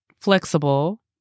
flexible